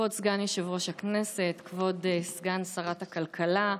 כבוד סגן יושב-ראש הכנסת, כבוד סגן שרת הכלכלה,